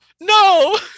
No